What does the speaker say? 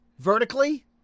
Vertically